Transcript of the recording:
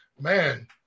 Man